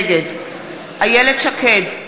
נגד איילת שקד,